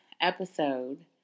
episode